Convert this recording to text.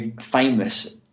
famous